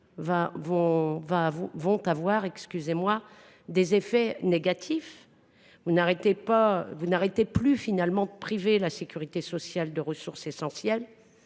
auront des effets négatifs. Vous n’arrêtez plus de priver la sécurité sociale de ressources essentielles